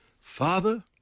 Father